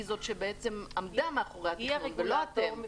היא זאת שבעצם עמדה מאחורי התכנון ולא אתם.